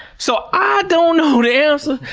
so i don't know the answer,